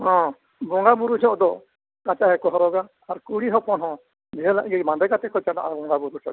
ᱦᱮᱸ ᱵᱚᱸᱜᱟ ᱵᱳᱨᱳ ᱡᱚᱦᱚᱜ ᱫᱚ ᱠᱟᱸᱪᱟ ᱜᱮᱠᱚ ᱦᱚᱨᱚᱜᱼᱟ ᱟᱨ ᱠᱩᱲᱤ ᱦᱚᱯᱚᱱ ᱦᱚᱸ ᱡᱷᱟᱹᱞᱟᱜ ᱜᱮ ᱵᱟᱸᱫᱮ ᱠᱟᱛᱮᱫ ᱜᱮᱠᱚ ᱪᱟᱞᱟᱜᱼᱟ ᱵᱚᱸᱜᱟ ᱵᱳᱨᱳ ᱴᱷᱮᱱ ᱫᱚ